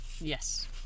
Yes